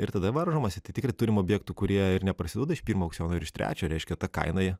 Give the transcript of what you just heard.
ir tada varžomasi tai tikrai turim objektų kurie ir neprasiduoda iš pirmo aukciono ir iš trečio reiškia ta kaina ji